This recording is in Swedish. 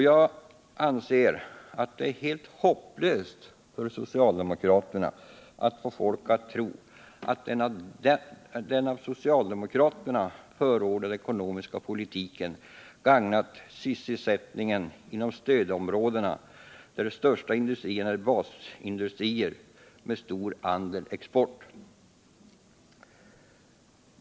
Jag anseratt det är helt hopplöst för socialdemokraterna att få folk att tro att den av dem förordade ekonomiska politiken skulle ha gagnat sysselsättning en inom stödområdena, där de största industrierna är basindustrier med stor andel export.